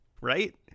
right